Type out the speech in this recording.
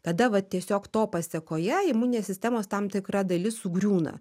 tada vat tiesiog to pasekoje imuninės sistemos tam tikra dalis sugriūna